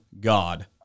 God